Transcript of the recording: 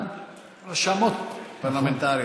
רשמות, פרלמנטריות.